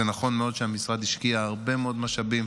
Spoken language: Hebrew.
זה נכון מאוד שהמשרד השקיע הרבה מאוד משאבים